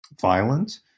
violent